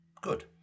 Good